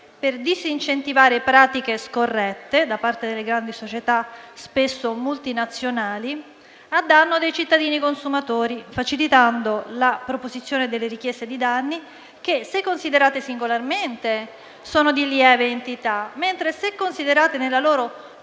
per disincentivare pratiche scorrette da parte delle grandi società spesso multinazionali a danno dei cittadini consumatori, facilitando la proposizione delle richieste di danni che, se considerate singolarmente, sono di lieve entità, mentre se considerate nella loro